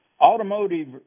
automotive